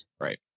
Right